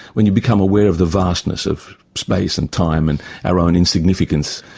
when you become aware of the vastness of space and time and our own insignificance,